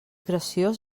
graciós